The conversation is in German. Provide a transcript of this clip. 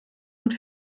und